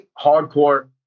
hardcore